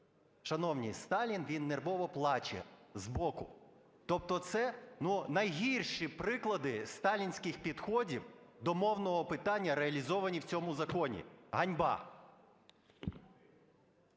Шановні, Сталін, він нервово плаче збоку. Тобто це найгірші приклади сталінських підходів до мовного питання, реалізовані в цьому законі. Ганьба!